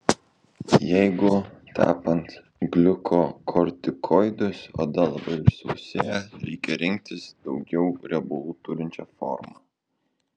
jeigu tepant gliukokortikoidus oda labai išsausėja reikia rinktis daugiau riebalų turinčią formą